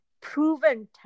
proven